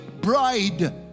bride